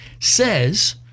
says